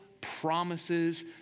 Promises